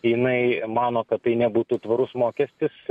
jinai mano kad tai nebūtų tvarus mokestis